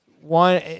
One